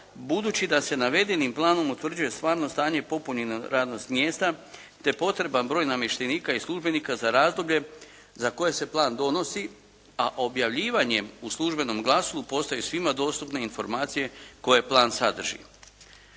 budući da se navedenim planom utvrđuje stvarno stanje i popunjenost radnog mjesta te potreban broj namještenika i službenika za razdoblje za koje se plan donosi, a objavljivanjem u službenom glasilu postaju svima dostupne informacije koje plan sadrži.